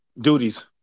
duties